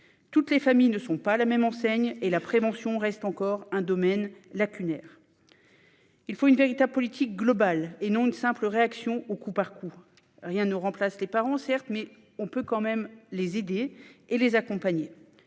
Toutes les familles ne sont pas logées à la même enseigne et la prévention reste encore un domaine lacunaire. Il faut une véritable politique globale, et non une simple réaction au coup par coup. Certes, rien ne remplace les parents, mais on peut tout de même les aider et les accompagner.